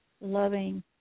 loving